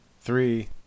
three